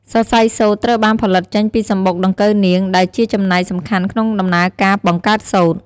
សរសៃសូត្រត្រូវបានផលិតចេញពីសំបុកដង្កូវនាង ដែលជាចំណែកសំខាន់ក្នុងដំណើរការបង្កើតសូត្រ។